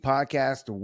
Podcast